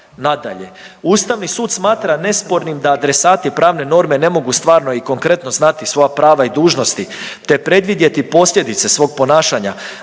Nadalje, Ustavni sud smatra nespornim da adresati pravne norme ne mogu stvarno i konkretno znati svoja prava i dužnosti te predvidjeti posljedice svog ponašanja